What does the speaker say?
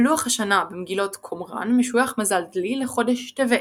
בלוח השנה במגילות קומראן משויך מזל דלי לחודש טבת.